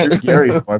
Gary